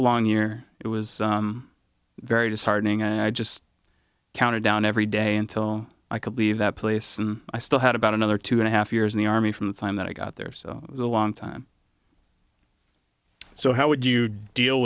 long year it was very disheartening and i just counted down every day until i could leave that place and i still had about another two and a half years in the army from the time that i got there so it was a long time so how would you deal